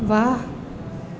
વાહ